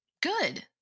good